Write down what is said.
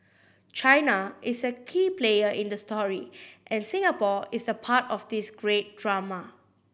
China is a key player in the story and Singapore is the part of this great drama